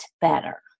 better